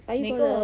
are you gonna